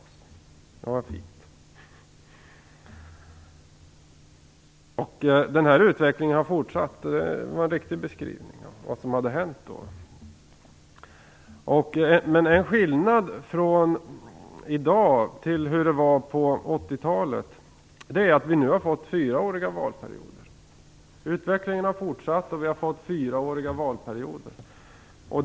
Det var fint. Den här utvecklingen har fortsatt. Det var en riktig beskrivning av det som hänt. Men en skillnad mellan i dag och hur det var på 80-talet är att vi nu har fått fyraåriga valperioder. Utvecklingen har fortsatt och vi har fått fyraåriga valperioder.